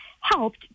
helped